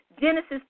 Genesis